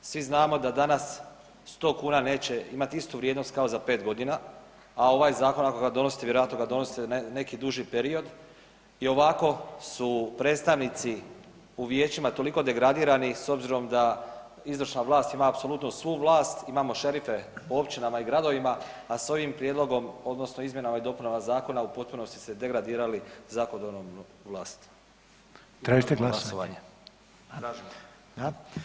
Svi znamo da danas sto kuna neće imati istu vrijednost kao za pet godina, a ovaj zakon ako ga donosite, vjerojatno ga donosite na neki duži period i ovako su predstavnici u vijećima toliko degradirani s obzirom da izvršna vlast ima apsolutno svu vlast imamo šerife po općinama i gradovima, a sa ovim prijedlogom, odnosno izmjenama i dopunama zakona u potpunosti ste degradirali zakonodavnu vlast.